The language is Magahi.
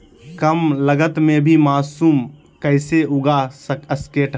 कम लगत मे भी मासूम कैसे उगा स्केट है?